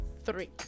three